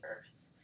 earth